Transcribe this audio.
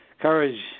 courage